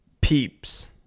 peeps